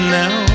now